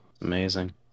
Amazing